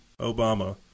Obama